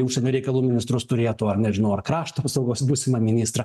į užsienio reikalų ministrus turėtų ar nežinau ar krašto apsaugos būsimą ministrą